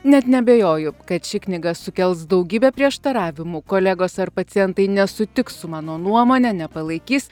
net neabejoju kad ši knyga sukels daugybę prieštaravimų kolegos ar pacientai nesutiks su mano nuomone nepalaikys